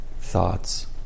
thoughts